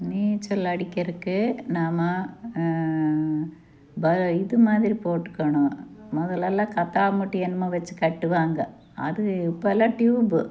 நீச்சல் அடிக்கிறதுக்கு நாம ப இதுமாதிரி போட்டுக்கணும் முதலெல்லாம் கத்தாம்முட்டி என்னமோ வச்சிக் கட்டுவாங்க அது இப்பெல்லாம் ட்யூப்